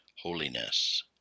holiness